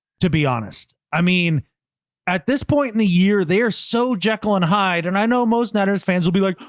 to be honest. i mean at this point in the year they are so jekyll and hyde and i know most netters fans will be like,